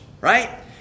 right